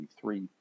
three